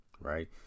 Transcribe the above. right